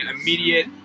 immediate